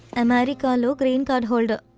um ah like ah and green card holder.